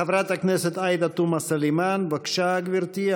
חברת הכנסת עאידה תומא סלימאן, בבקשה, גברתי.